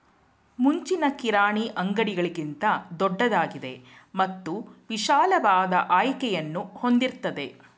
ಮುಂಚಿನ ಕಿರಾಣಿ ಅಂಗಡಿಗಳಿಗಿಂತ ದೊಡ್ದಾಗಿದೆ ಮತ್ತು ವಿಶಾಲವಾದ ಆಯ್ಕೆಯನ್ನು ಹೊಂದಿರ್ತದೆ